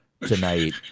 tonight